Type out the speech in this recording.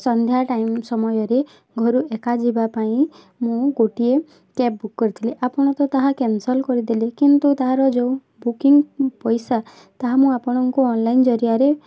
ସନ୍ଧ୍ୟା time ସମୟରେ ଘରୁ ଏକା ଯିବାପାଇଁ ମୁଁ ଗୋଟିଏ କ୍ୟାବ୍ ବୁକ୍ କରିଥିଲି ଆପଣ ତ ତାହା କ୍ୟାନ୍ସଲ୍ କରିଦେଲେ କିନ୍ତୁ ତାହାର ଯୋଉ ବୁକିଙ୍ଗ୍ ପଇସା ତାହା ମୁଁ ଆପଣଙ୍କୁ ଅନ୍ଲାଇନ୍ ଜରିଆରେ